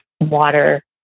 water